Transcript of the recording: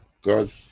God